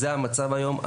זה המצב היום.